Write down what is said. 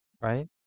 right